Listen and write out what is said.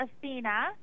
Athena